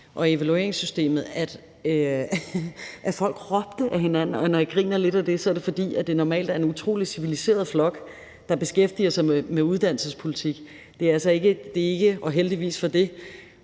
og evalueringssystemet, og folk råbte ad hinanden. Når jeg griner lidt af det, er det, fordi det normalt er en utrolig civiliseret flok, der beskæftiger sig med uddannelsespolitik. Det er altså ikke, og heldigvis for det,